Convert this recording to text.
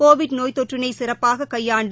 Covid நோய் தொற்றினை சிறப்பாக கையாண்டு